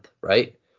right